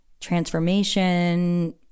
transformation